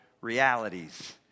realities